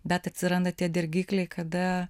bet atsiranda tie dirgikliai kada